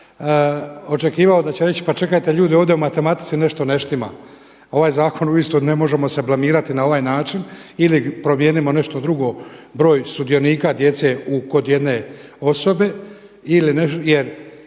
očekivao da će reći pa čekajte ljudi ovdje u matematici nešto ne štima. Ovaj zakon uistinu ne možemo se blamirati na ovaj način ili promijenimo nešto drugo broj sudionika djece kod jedne osobe